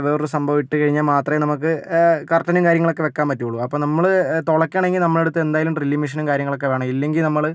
വേറൊരു സംഭവം ഇട്ടു കഴിഞ്ഞാൽ മാത്രമേ നമുക്ക് കർട്ടനും കാര്യങ്ങളും ഒക്കെ വെക്കാൻ പറ്റുള്ളൂ അപ്പം നമ്മള് തുളയ്ക്കണമെങ്കില് നമ്മുടെ അടുത്ത് എന്തായാലും ഡ്രില്ലിങ് മെഷീനും കാര്യങ്ങളൊക്കെ വേണം ഇല്ലെങ്കിൽ നമ്മള്